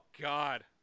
God